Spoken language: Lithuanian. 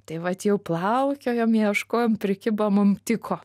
tai vat jau plaukiojom ieškojom prikibom mum tiko